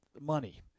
money